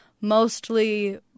mostly